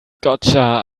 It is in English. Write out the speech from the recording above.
gotcha